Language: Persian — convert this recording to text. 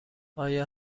آیا